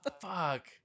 Fuck